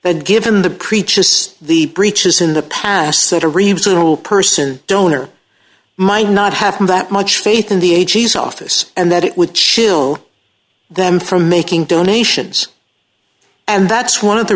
that given the preaches the breaches in the past that a reasonable person don't or might not have that much faith in the eighty's office and that it would chill them from making donations and that's one of the